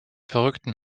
verrückten